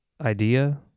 idea